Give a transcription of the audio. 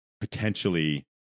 potentially